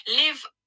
live